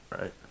right